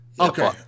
Okay